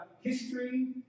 history